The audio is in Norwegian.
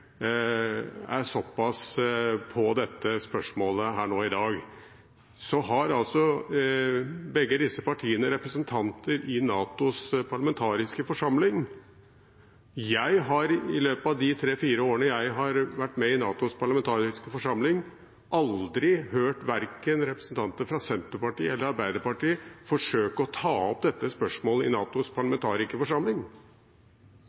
såpass på dette spørsmålet her i dag, har begge disse partiene representanter i NATOs parlamentariske forsamling. Jeg har i løpet av de tre–fire årene jeg har vært med i NATOs parlamentariske forsamling, aldri hørt representanter fra verken Senterpartiet eller Arbeiderpartiet forsøke å ta opp dette spørsmålet i NATOs